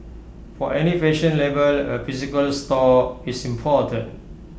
for any fashion label A physical store is important